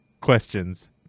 questions